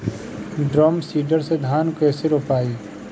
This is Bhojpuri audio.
ड्रम सीडर से धान कैसे रोपाई?